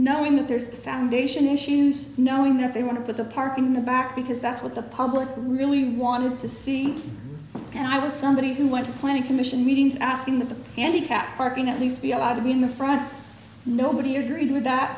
knowing that there's a foundation issues knowing that they want to put the park in the back because that's what the public really wanted to see and i was somebody who went to the planning commission meetings asking that the handicapped parking at least be allowed to be in the front nobody agreed with that